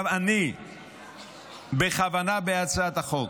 בהצעת החוק,